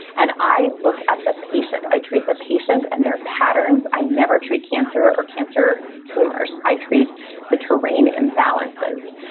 and i look at the patient. i treat the patient and their patterns. i never treat cancer or cancer tumors. i treat the terrain imbalances.